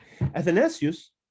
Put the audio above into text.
Athanasius